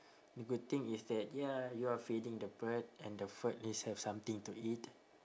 a good thing is that ya you are feeding the bird and the bird is have something to eat